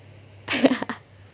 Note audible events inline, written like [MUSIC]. [LAUGHS]